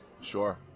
Sure